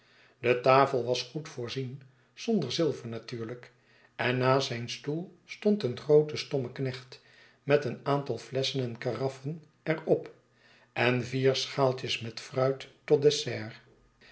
de tafel was goed voorzien zonder zilver natuurlijk en naast zijrt stoel stond een groote stommeknecht met een aantal flesschen en karaffen er op en vier schaaltjes met fruit tot dessert